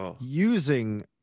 using